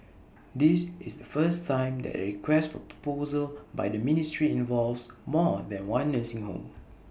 this is the first time that A request for proposal by the ministry involves more than one nursing home